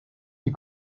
die